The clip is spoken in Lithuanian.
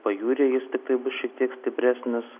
pajūryje jis tiktai bus šiek tiek stipresnis